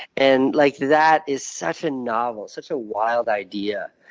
and like that is such a novel, such a wild idea.